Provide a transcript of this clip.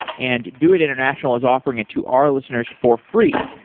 and doit international is offering it to our listeners for free.